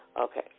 Okay